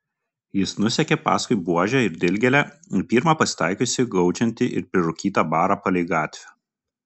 jis nusekė paskui buožę ir dilgėlę į pirmą pasitaikiusį gaudžiantį ir prirūkytą barą palei gatvę